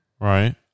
right